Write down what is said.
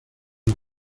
los